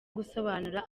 gusobanura